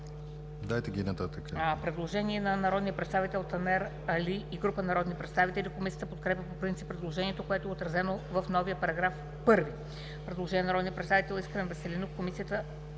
Дайте ги нататък.